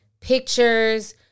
pictures